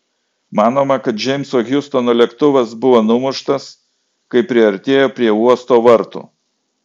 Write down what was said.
manoma kad džeimso hjustono lėktuvas buvo numuštas kai priartėjo prie uosto vartų